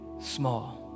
small